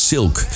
Silk